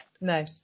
No